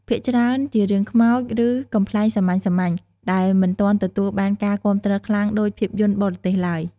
ភាគច្រើនជារឿងខ្មោច ឬកំប្លែងសាមញ្ញៗ ដែលមិនទាន់ទទួលបានការគាំទ្រខ្លាំងដូចភាពយន្តបរទេសឡើយ។